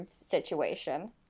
situation